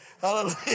Hallelujah